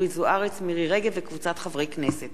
אורית זוארץ ומירי רגב וקבוצת חברי הכנסת,